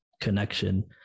connection